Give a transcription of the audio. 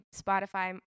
Spotify